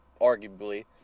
arguably